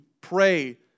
pray